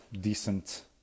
decent